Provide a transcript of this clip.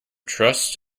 trust